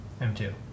M2